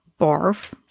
Barf